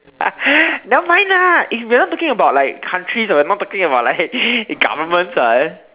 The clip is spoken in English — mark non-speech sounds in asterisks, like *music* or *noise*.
*laughs* nevermind lah eh we're not talking about like countries or we're not talking about like governments [what]